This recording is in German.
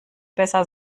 besser